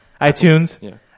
iTunes